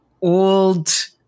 old